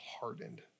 hardened